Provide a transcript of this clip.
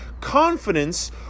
confidence